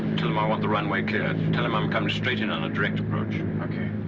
tell them i want the runway cleared. tell them i'm coming straight in on a direct approach. okay.